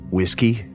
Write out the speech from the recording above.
Whiskey